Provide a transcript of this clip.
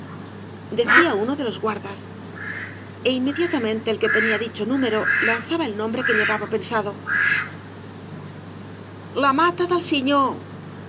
decía uno de los guardas e inmediatamente el que tenía dicho número lanzaba el nombre que llevaba pensado za mata del siñor